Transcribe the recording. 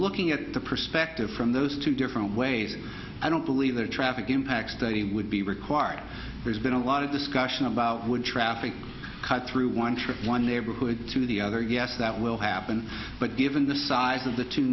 looking at the perspective from those two different ways i don't believe their traffic impact study would be required there's been a lot of discussion about would traffic cut through one trip one neighborhood to the other yes that will happen but given the size of the two